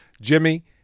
Jimmy